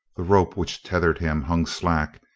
the rope which tethered him hung slack,